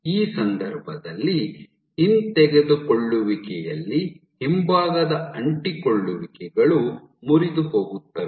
ಈ ಸಂದರ್ಭದಲ್ಲಿ ಈ ಹಿಂತೆಗೆದುಕೊಳ್ಳುವಿಕೆಯಲ್ಲಿ ಹಿಂಭಾಗದ ಅಂಟಿಕೊಳ್ಳುವಿಕೆಗಳು ಮುರಿದುಹೋಗುತ್ತವೆ